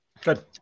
Good